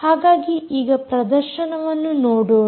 ಹಾಗಾಗಿ ಈಗ ಪ್ರದರ್ಶನವನ್ನು ನೋಡೋಣ